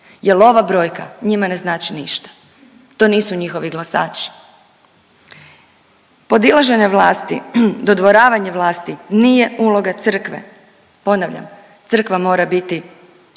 jer ova brojka njima ne znači ništa. To nisu njihovi glasači. Podilaženje vlasti, dodvoravanje vlasti nije uloga crkve. Ponavljam crkva mora biti